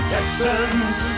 Texans